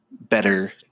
better